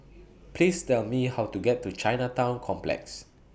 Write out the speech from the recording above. Please Tell Me How to get to Chinatown Complex